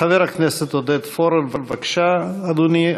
חבר הכנסת עודד פורר, בבקשה, אדוני.